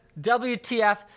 WTF